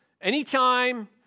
anytime